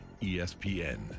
ESPN